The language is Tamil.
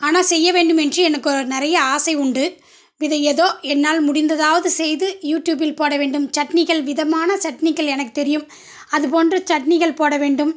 ஆனால் செய்யவேண்டுமென்று எனக்கு நிறைய ஆசை உண்டு இது ஏதோ என்னால் முடிந்ததாவது செய்து யூட்யூபில் போடவேண்டும் சட்னிகள் விதமான சட்னிகள் எனக்கு தெரியும் அதுப்போன்று சட்னிகள் போட வேண்டும்